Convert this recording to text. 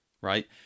right